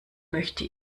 möchte